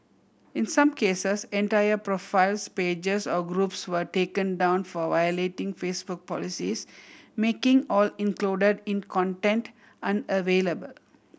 in some cases entire profiles pages or groups were taken down for violating Facebook policies making all included in content unavailable